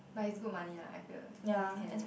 but it's good money lah I feel at least can like